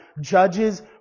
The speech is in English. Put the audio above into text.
judges